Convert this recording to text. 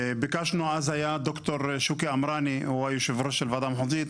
אז היה ד"ר שוקי עמרני היושב-ראש של הוועדה המחוזית.